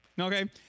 Okay